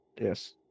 Yes